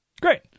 Great